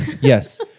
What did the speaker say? Yes